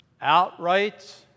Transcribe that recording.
outright